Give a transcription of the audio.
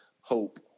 hope